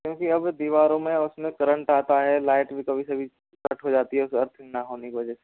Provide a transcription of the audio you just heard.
क्योंकि अब दीवारों में उसमें करंट आता है लाइट भी कभी कभी फाल्ट हो जाती है अर्थिंग ना होने कि वजह से